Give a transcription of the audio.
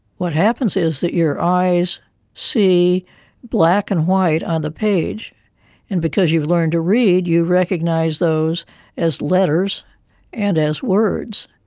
what happens is that your eyes see black and white on the page and because you've learned to read you recognise those as letters and as words.